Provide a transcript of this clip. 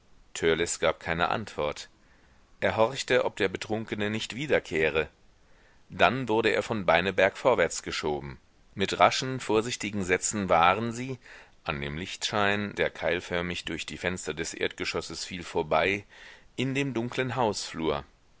gab keine antwort er horchte ob der betrunkene nicht wiederkehre dann wurde er von beineberg vorwärts geschoben mit raschen vorsichtigen sätzen waren sie an dem lichtschein der keilförmig durch die fenster des erdgeschosses fiel vorbei in dem dunklen hausflur